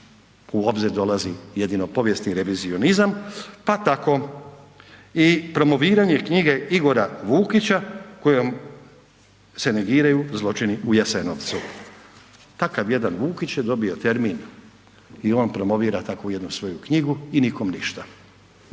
U obzir dolazi jedino povijesni revizionizam pa tako i promoviranje knjige Igora Vukića kojom se negiraju zločini u Jasenovcu. Takav jedan Vukić je dobio termin i on promovira takvu jednu svoju knjigu i nikom ništa,